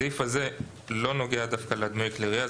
הסעיף הזה לא נוגע דווקא לדמויי כלי ירייה.